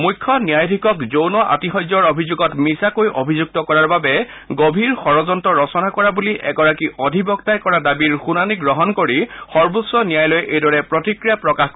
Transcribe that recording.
মুখ্য ন্যায়াধীশক যৌন আতিশায্যৰ অভিযোগত মিছাকৈ অভিযুক্ত কৰাৰ বাবে গভীৰ ষড়যন্ত্ৰ ৰচনা কৰা বুলি এগৰাকী অধিবক্তাই কৰা দাবীৰ শুনানি গ্ৰহণ কৰি সৰ্বোচ্চ ন্যায়ালয়ে এইদৰে প্ৰতিক্ৰিয়া প্ৰকাশ কৰে